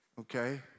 okay